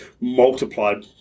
multiplied